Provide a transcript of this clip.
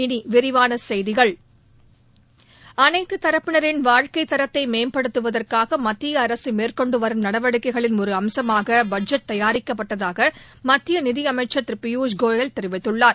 இனி விரிவான செய்திகள் அனைத்து தரப்பினின் வாழ்க்கை தரத்தை மேம்படுத்துவதற்காக மத்திய அரசு மேற்கொண்டு வரும் நடவடிக்கைகளின் ஒரு அம்சமாக பட்ஜெட் தயாரிக்கப்பட்டதாக மத்திய நிதி அமைச்சர் திரு பியூஷ் கோயல் தெரிவித்துள்ளார்